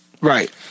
Right